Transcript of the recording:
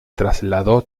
trasladó